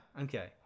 okay